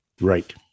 Right